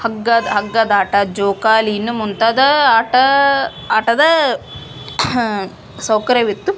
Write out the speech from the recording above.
ಹಗ್ಗದ ಹಗ್ಗದಾಟ ಜೋಕಾಲಿ ಇನ್ನು ಮುಂತಾದ ಆಟ ಆಟದ ಸೌಕರ್ಯವಿತ್ತು